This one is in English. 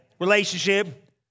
Relationship